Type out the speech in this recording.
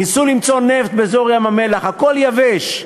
ניסו למצוא נפט באזור ים-המלח הכול יבש.